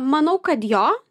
manau kad jo